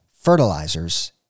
fertilizers